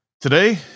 Today